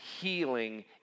healing